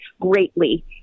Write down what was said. greatly